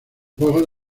juegos